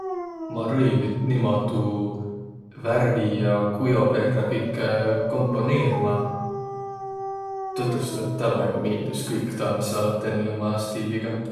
Ma rõivit niimoodu värvi ja kujo perrä kõkkõ komponiirmä, tõtõstõ tävvega miildüs kõik taa, mis olõt tennüq uma stiiliga.